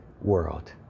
world